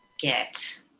get